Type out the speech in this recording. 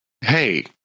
hey